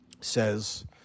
says